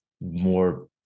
more